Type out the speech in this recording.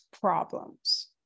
problems